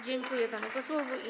Dziękuję panu posłowi.